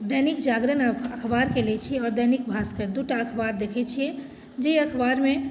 दैनिक जागरण अखबारके लै छी आओर दैनिक भास्कर दू टा अखबार देखैत छियै जे अखबारमे